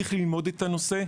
צריך ללמוד את הנושא,